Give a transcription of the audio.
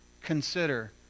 consider